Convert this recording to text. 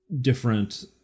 different